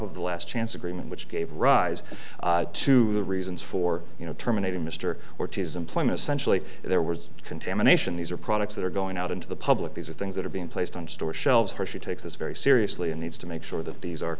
of the last chance agreement which gave rise to the reasons for you know terminating mr ortiz employment essentially there was contamination these are products that are going out into the public these are things that are being placed on store shelves her she takes this very seriously and needs to make sure that these are